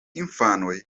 infanoj